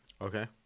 Okay